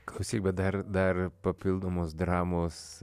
klausyk bet dar dar papildomos dramos